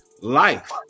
life